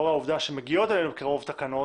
לאור העובדה שמגיעות אלינו בקרוב תקנות,